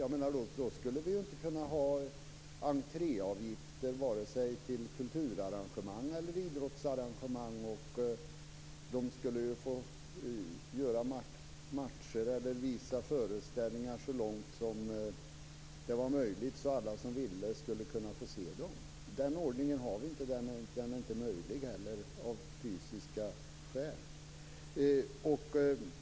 Om det vore så skulle vi inte kunna ha entréavgifter vare sig till idrottsarrangemang eller till kulturarrangemang. De skulle få spela matcher eller visa föreställningar så långt som det var möjligt så att alla som ville skulle kunna få se dem. Den ordningen har vi inte, och den är inte heller möjlig, av fysiska skäl.